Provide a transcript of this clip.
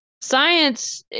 Science